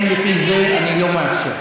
אם לפי זה, אני לא מאפשר.